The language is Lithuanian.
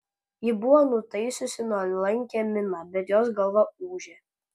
ji buvo nutaisiusi nuolankią miną bet jos galva ūžė